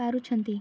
ପାରୁଛନ୍ତି